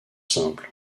simple